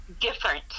different